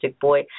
Boy